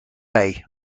wei